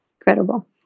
incredible